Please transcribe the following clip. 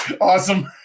Awesome